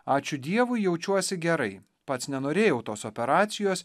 ačiū dievui jaučiuosi gerai pats nenorėjau tos operacijos